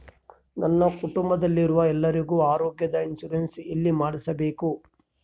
ನನ್ನ ಕುಟುಂಬದಲ್ಲಿರುವ ಎಲ್ಲರಿಗೂ ಆರೋಗ್ಯದ ಇನ್ಶೂರೆನ್ಸ್ ಎಲ್ಲಿ ಮಾಡಿಸಬೇಕು?